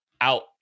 out